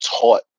taught